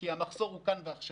כי המחסור הוא כאן ועכשיו,